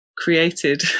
created